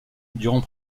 durant